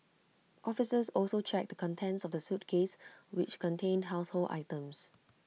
officers also checked the contents of the suitcase which contained household items